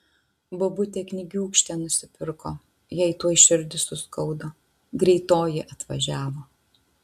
bobutė knygiūkštę nusipirko jai tuoj širdį suskaudo greitoji atvažiavo